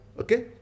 Okay